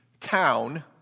town